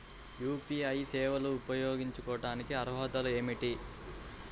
UPI సేవలు ఉపయోగించుకోటానికి అర్హతలు ఏమిటీ?